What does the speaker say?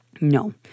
No